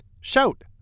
Shout